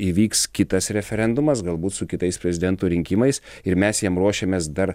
įvyks kitas referendumas galbūt su kitais prezidento rinkimais ir mes jam ruošiamės dar